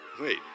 Wait